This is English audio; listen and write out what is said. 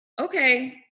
okay